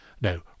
no